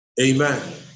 Amen